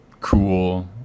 cool